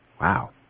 Wow